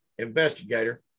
investigator